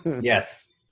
Yes